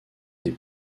des